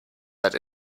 that